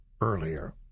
earlier